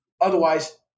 Otherwise